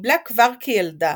קיבלה כבר כילדה